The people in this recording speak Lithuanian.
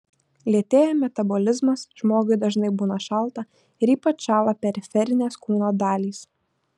lėtėja metabolizmas žmogui dažnai būna šalta ir ypač šąla periferinės kūno dalys